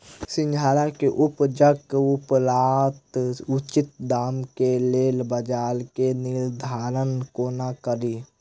सिंघाड़ा केँ उपजक उपरांत उचित दाम केँ लेल बजार केँ निर्धारण कोना कड़ी?